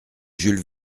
jules